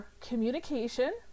communication